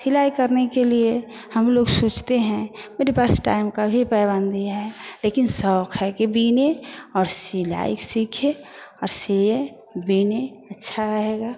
सिलाई करने के लिए हम लोग सोचते हैं मेरे पास टाइम की भी पाबंदी है लेकिन शौक़ है कि बिने और सिलाई सीखे और सिए बिने अच्छा रहेगा